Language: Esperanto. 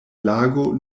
lago